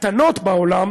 הקטנות בעולם,